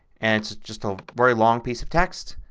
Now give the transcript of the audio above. and it's just a very long piece of text.